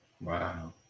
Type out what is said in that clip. Wow